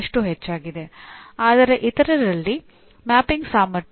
ಅಧ್ಯಾಪಕರ ಮಾಹಿತಿ ಮತ್ತು ಕೊಡುಗೆಗಳು ಅವು ಎರಡು ಶ್ರೇಣಿಗೂ 200 ಅಂಕಗಳು